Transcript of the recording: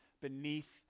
beneath